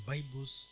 Bibles